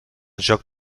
joc